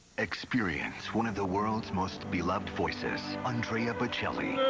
experience one of the world's most beloved voices. and a ah but